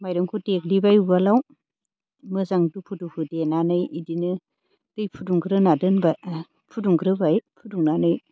माइरंखौ देग्लिबाय उवालाव मोजां दुफु दुफु देनानै बिदिनो दै फुदुंग्रोना दोनबाय फुदुंग्रोबाय फुदुंनानै